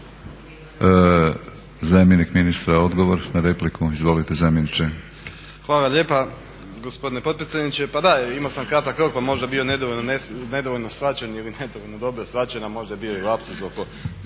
zamjenik ministra. Izvolite zamjeniče. **Rađenović, Igor (SDP)** Hvala lijepa gospodine potpredsjedniče. Pa da, imao sam kratak rok pa možda bio nedovoljno shvaćen ili nedovoljno dobro shvaćen, a možda je bio i lapsus oko